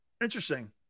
interesting